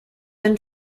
then